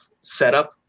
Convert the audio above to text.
setup